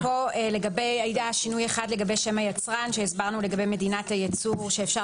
היה שינוי לגבי שם היצרן שהסברנו לגבי מדינת הייצור שאפשר